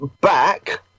back